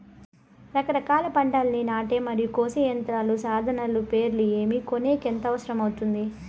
రకరకాల పంటలని నాటే మరియు కోసే యంత్రాలు, సాధనాలు పేర్లు ఏమి, కొనేకి ఎంత అవసరం అవుతుంది?